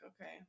okay